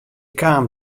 kaam